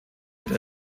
der